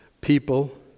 people